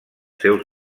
seus